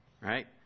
right